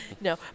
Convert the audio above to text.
No